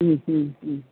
മ് മ് മ്